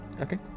Okay